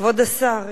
כבוד השר,